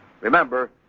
Remember